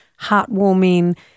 heartwarming